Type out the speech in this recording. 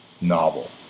novel